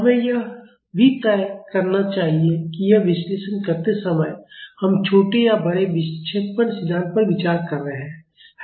हमें यह भी तय करना चाहिए कि यह विश्लेषण करते समय हम छोटे या बड़े विक्षेपण सिद्धांत पर विचार कर रहे हैं या नहीं